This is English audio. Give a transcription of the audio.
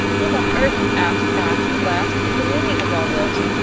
what on earth, asked ashe at last, is the meaning of all this?